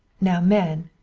now men,